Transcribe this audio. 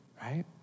right